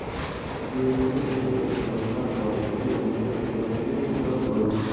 GST হসে এক ধরণকার কর যেটি হামাদের সবাইকে দিতং হই